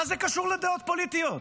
מה זה קשור לדעות פוליטיות?